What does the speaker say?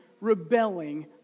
rebelling